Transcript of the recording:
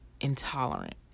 Intolerant